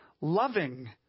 loving